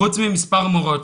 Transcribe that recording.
חוץ ממספר מורות,